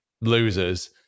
losers